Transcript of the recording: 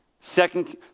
Second